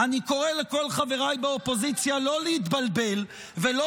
אני קורא לכל חבריי באופוזיציה לא להתבלבל ולא